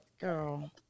girl